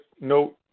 note